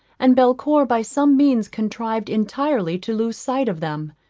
and belcour by some means contrived entirely to lose sight of them.